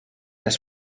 das